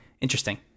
Interesting